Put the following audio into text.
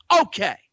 okay